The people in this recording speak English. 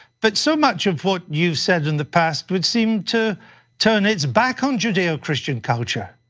but so much of what you said in the past would seem to turn its back on judeo-christian culture.